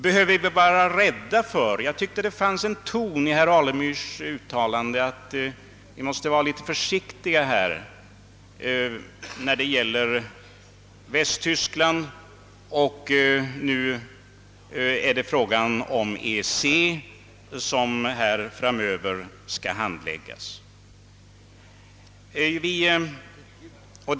Jag tyckte att det av herr Alemyrs uttalanden verkade som om han ansåg att vi måste vara litet försiktiga när det gäller Västtyskland och nu framöver när det gäller EEC.